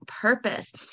purpose